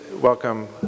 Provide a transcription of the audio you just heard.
welcome